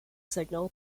signal